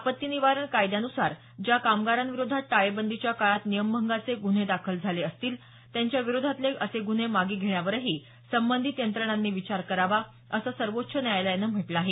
आपत्ती निवारण कायद्यानुसार ज्या कामगारांविरोधात टाळेबंदीच्या काळात नियमभंगाचे गुन्हे दाखल झाले असतील त्यांच्याविरोधातले असे गुन्हे मागे घेण्यावरही संबंधित यंत्रणांनी विचार करावा असं सर्वोच्च न्यायालयानं म्हटलं आहे